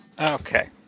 Okay